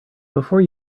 before